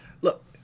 Look